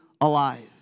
alive